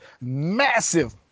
massive